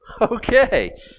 Okay